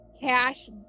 cash